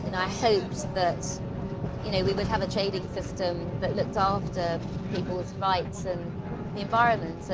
and i hoped that you know we would have a trading system that looked after people's rights and the environment. so